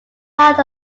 part